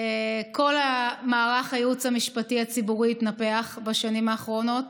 כל מערך הייעוץ המשפטי הציבורי התנפח בשנים האחרונות,